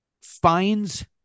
finds